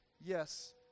yes